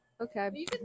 okay